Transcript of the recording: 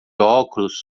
óculos